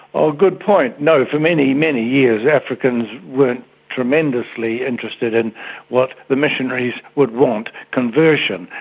ah good point. no, for many, many years africans weren't tremendously interested in what the missionaries would want, conversion,